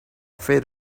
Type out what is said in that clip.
fit